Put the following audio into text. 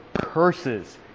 curses